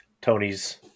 Tony's